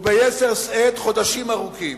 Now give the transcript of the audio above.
וביתר שאת חודשים ארוכים,